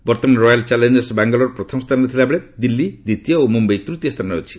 ବର୍ତ୍ତମାନ Royal Challengers Bangalore ପ୍ରଥମ ସ୍ଥାନରେ ଥିଲାବେଳେ ଦିଲ୍ଲୀ ଦ୍ୱିତୀୟ ଓ ମୁମ୍ୟାଇ ତୃତୀୟ ସ୍ଥାନରେ ଅଛି